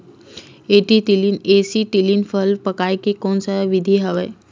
Acetylene फल पकाय के कोन सा विधि आवे?